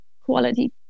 quality